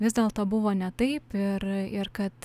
vis dėlto buvo ne taip ir ir kad